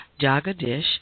Jagadish